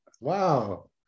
wow